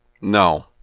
No